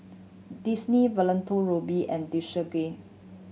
Disney Valentino Rudy and Desigual